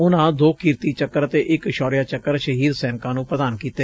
ਉਨੂਾ ਦੋ ਕੀਰਤੀ ਚੱਕਰ ਅਤੇ ਇਕ ਸ਼ੌਰਿਆ ਚੱਕਰ ਸ਼ਹੀਦ ਸੈਨਿਕਾਂ ਨੂੰ ਪ੍ਦਾਨ ਕੀਤੇ